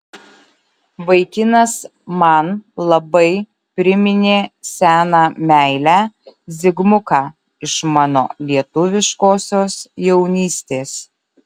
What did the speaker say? vaikinas man labai priminė seną meilę zigmuką iš mano lietuviškosios jaunystės